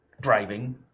driving